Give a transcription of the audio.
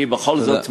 אני בכל זאת מאמין,